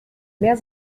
mehr